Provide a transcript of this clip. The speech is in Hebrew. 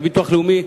והביטוח הלאומי,